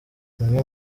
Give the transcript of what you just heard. umwe